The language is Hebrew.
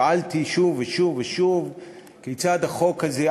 שאלתי שוב ושוב ושוב כיצד החוק הזה,